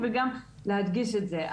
וגם להדגיש את זה.